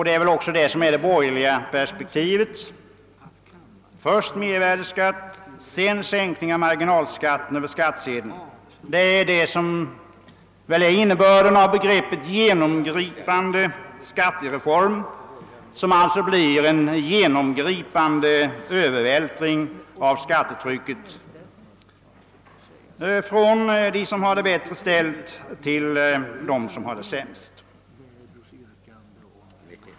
Det är också detta som är det borgerliga perspektivet: Först mervärdeskatt, sedan sänkning av marginalskatterna över skattsedeln. Det är väl detta som är innebörden i begreppet »genomgripande skattereform» som alltså blir en genomgripande övervältring av skattetrycket från dem som har det bättre ställt till dem som har, det sämst.